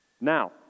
Now